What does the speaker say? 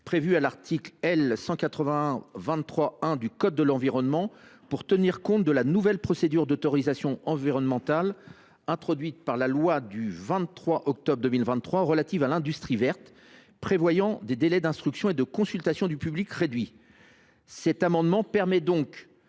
prévue à l’article L. 181 23 1 du code de l’environnement pour tenir compte de la nouvelle procédure d’autorisation environnementale introduite par la loi du 23 octobre 2023 relative à l’industrie verte, prévoyant des délais d’instruction et de consultation du public réduits. Cet amendement a pour